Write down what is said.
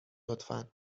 لطفا